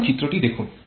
এখন চিত্রটি দেখুন